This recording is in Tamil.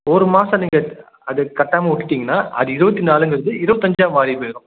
ஒரு மாதம் நீங்கள் அது கட்டாமல் விட்டுட்டீங்கன்னா அது இருபத்தி நாலுங்கிறது இருபத்தஞ்சா மாறி போயிரும்